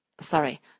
Sorry